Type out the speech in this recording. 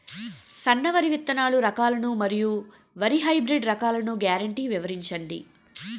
సన్న వరి విత్తనాలు రకాలను మరియు వరి హైబ్రిడ్ రకాలను గ్యారంటీ వివరించండి?